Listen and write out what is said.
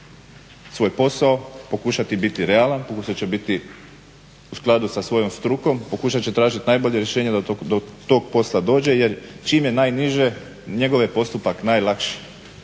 svoj posao pokušati biti realan, pokušat će biti u skladu sa svojom strukom, pokušat će tražiti najbolje rješenje da do tog posla dođe jer čim je najniže njegov je postupak najlakši.